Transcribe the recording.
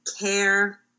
care